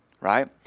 right